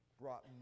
brought